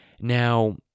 Now